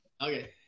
okay